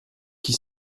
qui